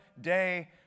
day